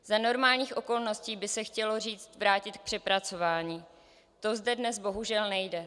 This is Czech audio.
Za normálních okolností by se chtělo říct vrátit k přepracování, to zde dnes bohužel nejde.